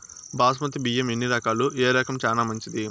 బాస్మతి బియ్యం ఎన్ని రకాలు, ఏ రకం చానా మంచిది?